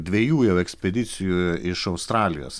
dviejų jau ekspedicijų iš australijos